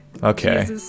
Okay